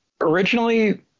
originally